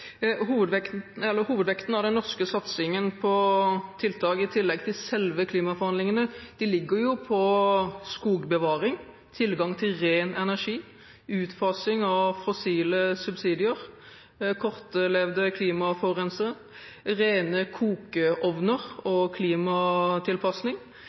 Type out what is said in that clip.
selve klimaforhandlingene – ligger jo på skogbevaring, tilgang til ren energi, utfasing av fossile subsidier, kortlevde klimaforurensere, rene kokeovner og klimatilpasning,